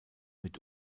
mit